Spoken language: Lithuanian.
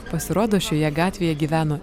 pasirodo šioje gatvėje gyveno